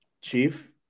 Chief